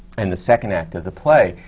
and the second act of the play,